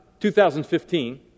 2015